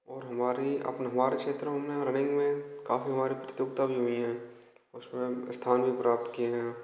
और हमारी अपने हमारे क्षेत्र में हमने रनिंग में काफ़ी हमारी प्रतियोगिता भी हुई है उसमें हम स्थान भी प्राप्त किए हैं